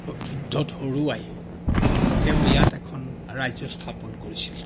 যুদ্ধত হৰুৱাই তেওঁ ইয়াত এখন ৰাজ্য স্থাপন কৰিছিল